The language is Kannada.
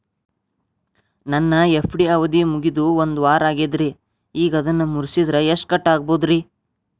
ನನ್ನ ಎಫ್.ಡಿ ಅವಧಿ ಮುಗಿದು ಒಂದವಾರ ಆಗೇದ್ರಿ ಈಗ ಅದನ್ನ ಮುರಿಸಿದ್ರ ಎಷ್ಟ ಕಟ್ ಆಗ್ಬೋದ್ರಿ?